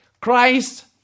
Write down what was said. Christ